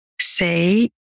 say